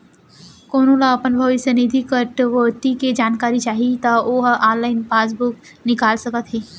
कोनो ल अपन भविस्य निधि कटउती के जानकारी चाही त ओ ह ऑनलाइन पासबूक निकाल सकत हे